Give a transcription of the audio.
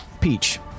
Peach